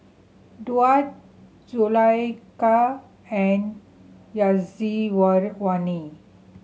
Daud Zulaikha and